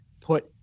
put